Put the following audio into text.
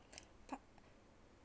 part